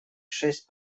шесть